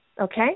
Okay